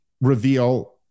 reveal